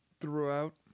throughout